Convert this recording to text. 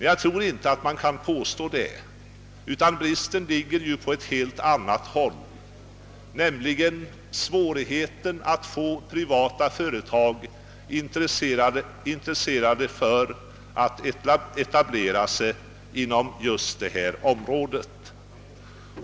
Jag tror inte att man kan påstå det, utan orsaken ligger på ett helt annat plan, nämligen i svårigheten att intressera privata företag för att etablera sig just inom detta område.